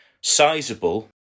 sizeable